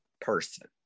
person